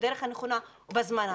בדרך הנכונה ובזמן הנכון.